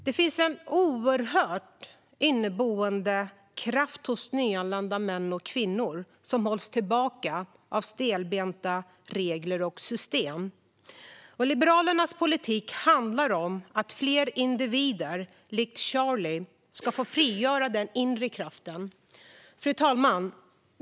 Det finns en oerhörd inneboende kraft hos nyanlända män och kvinnor som hålls tillbaka av stelbenta regler och system. Liberalernas politik handlar om att fler individer, likt Charlie, ska få frigöra den inre kraften. Fru talman!